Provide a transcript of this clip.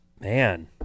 man